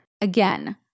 again